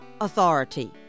Authority